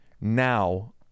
now